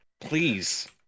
Please